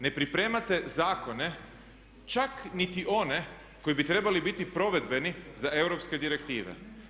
Ne pripremate zakone čak niti one koji bi trebali biti provedbeni za Europske direktive.